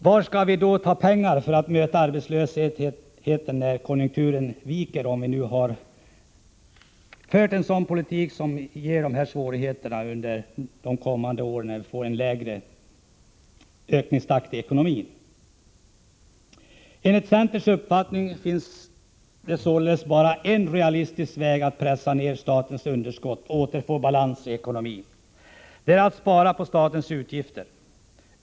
Var skall vi då ta pengar, så att vi kan möta arbetslösheten när konjunkturen viker, om vi fört en politik som medför svårigheter under kommande år med lägre ökningstakt i ekonomin? Enligt centerns uppfattning finns det således bara en realistisk väg att pressa ned statens underskott och återfå balans i ekonomin, och det är att spara på statens utgifter.